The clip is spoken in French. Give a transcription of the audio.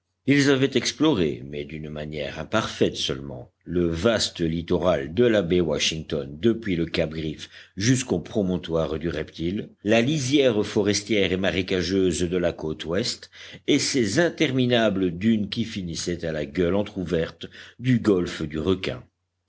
ils avaient exploré mais d'une manière imparfaite seulement le vaste littoral de la baie washington depuis le cap griffe jusqu'au promontoire du reptile la lisière forestière et marécageuse de la côte ouest et ces interminables dunes qui finissaient à la gueule entr'ouverte du golfe du requin